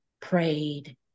prayed